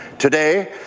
today,